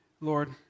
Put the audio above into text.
Lord